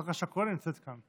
השרה פרקש הכהן נמצאת כאן.